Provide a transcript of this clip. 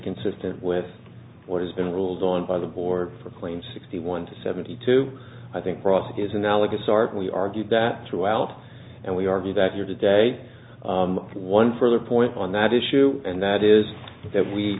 consistent with what has been ruled on by the board for claims sixty one to seventy two i think property is analogous art we argued that throughout and we argue that you are today one further point on that issue and that is that we